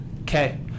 Okay